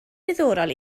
diddorol